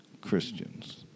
Christians